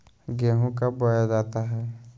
गेंहू कब बोया जाता हैं?